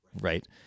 right